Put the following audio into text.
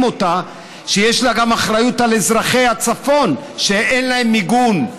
אותה שיש לה אחריות על אזרחי הצפון שאין להם מיגון.